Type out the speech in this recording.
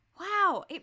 wow